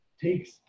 takes